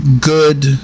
good